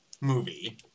movie